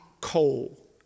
coal